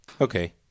Okay